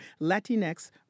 Latinx